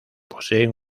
poseen